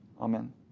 Amen